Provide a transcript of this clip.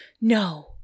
No